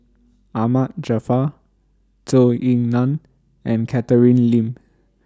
Ahmad Jaafar Zhou Ying NAN and Catherine Lim